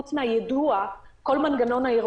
חוץ מהיידוע, יש את כל מנגנון הערעור.